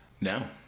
no